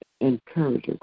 Encourage